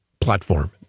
platform